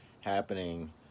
happening